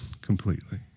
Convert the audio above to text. completely